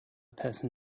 person